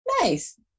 Nice